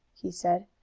he said.